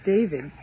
David